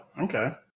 okay